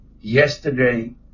yesterday